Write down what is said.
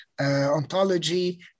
ontology